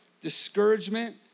discouragement